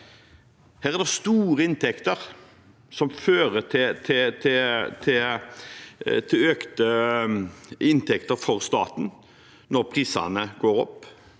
Her er det store inntekter som fører til økte inntekter for staten når prisene går opp.